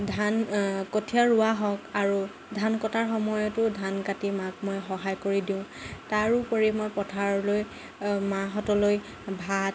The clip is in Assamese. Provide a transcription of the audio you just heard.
ধান কঠিয়া ৰোৱা হওক আৰু ধান কটাৰ সময়তো ধান কাটি মাক মই সহায় কৰি দিওঁ তাৰোপৰি মই পথাৰলৈ মাহঁতলৈ ভাত